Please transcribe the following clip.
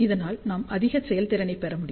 இதனால் நாம் அதிக செயல்திறனைப் பெற முடியும்